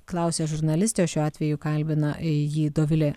klausė žurnalistė o šiuo atveju kalbina jį dovilė